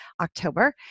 October